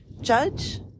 judge